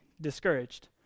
discouraged